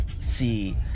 see